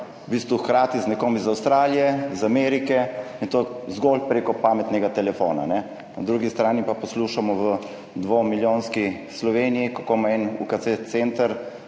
v bistvu hkrati z nekom iz Avstralije, iz Amerike in to zgolj preko pametnega telefona. Na drugi strani pa poslušamo v dvomilijonski Sloveniji, kako ima en UKC center